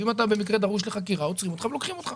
ואם אתה במקרה דרוש לחקירה עוצרים אותך ולוקחים אותך.